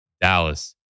Dallas